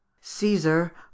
caesar